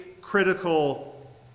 critical